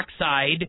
oxide